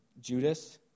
Judas